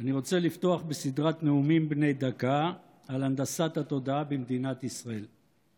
אני רוצה לפתוח בסדרת נאומים בני דקה על הנדסת התודעה במדינת ישראל.